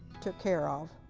took care of.